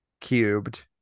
cubed